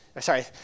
sorry